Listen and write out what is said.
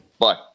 Bye